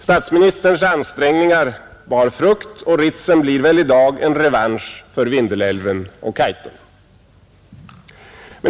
Statsministerns ansträngningar bar frukt och Ritsem blir väl i dag en revansch för Vindelälven och Kaitum.